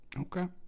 okay